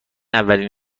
اولین